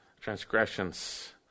transgressions